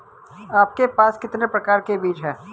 आपके पास कितने प्रकार के बीज हैं?